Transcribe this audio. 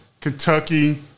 Kentucky